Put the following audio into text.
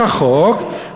כחוק,